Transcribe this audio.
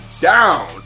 down